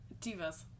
Divas